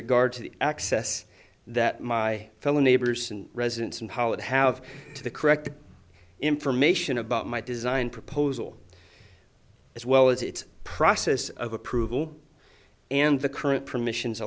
regard to the access that my fellow neighbors and residents and khalid have to the correct information about my design proposal as well as its process of approval and the current permission